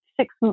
six